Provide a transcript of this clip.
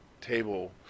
table